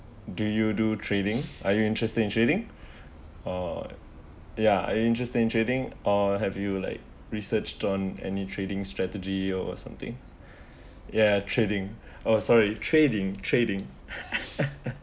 do you do trading are you interested in trading uh ya are you interested in trading or have you like researched on any trading strategy or something ya trading oh sorry trading trading